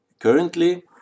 Currently